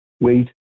wait